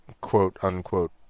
quote-unquote